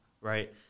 right